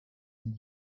and